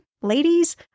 ladies